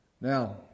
Now